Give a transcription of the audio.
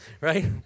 right